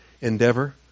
endeavor